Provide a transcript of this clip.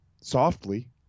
softly